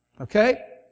Okay